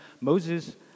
Moses